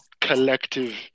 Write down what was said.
collective